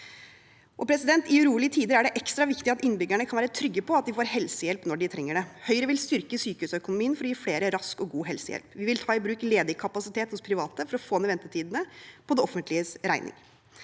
I urolige tider er det ekstra viktig at innbyggerne kan være trygge på at de får helsehjelp når de trenger det. Høyre vil styrke sykehusøkonomien for å gi flere rask og god helsehjelp. Vi vil ta i bruk ledig kapasitet hos private for å få ned ventetidene, på det offentliges regning.